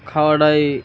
খাওয়াটাই